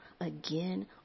again